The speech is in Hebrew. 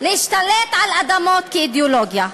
להשתלט על אדמות כאידיאולוגיה.